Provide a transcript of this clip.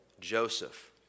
Joseph